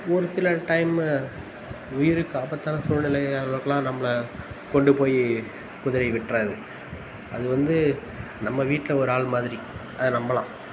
ஒரு சில டைம்மு உயிருக்கு ஆபத்தான சூழ்நிலை அளவுக்கு எல்லாம் நம்மளை கொண்டுபோய் குதிரை விட்றாது அது வந்து நம்ம வீட்டில் ஒரு ஆள் மாதிரி அதை நம்பலாம்